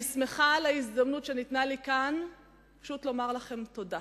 אני שמחה על ההזדמנות שניתנה לי כאן פשוט לומר לכם תודה,